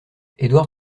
édouard